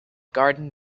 garden